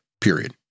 period